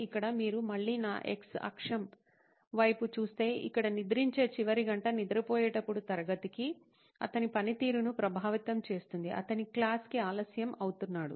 ఇక్కడ మీరు మళ్ళీ నా x అక్షం వైపు చూస్తే ఇక్కడ నిద్రించే చివరి గంట నిద్రపోయేటప్పుడు తరగతికి అతని పనితీరును ప్రభావితం చేస్తుంది అతను క్లాస్ కి ఆలస్యం అవుతున్నాడు